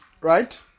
Right